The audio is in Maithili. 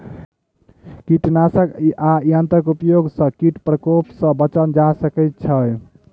कीटनाशक आ यंत्रक उपयोग सॅ कीट प्रकोप सॅ बचल जा सकै छै